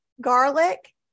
garlic